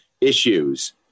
issues